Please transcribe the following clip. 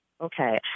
Okay